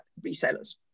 resellers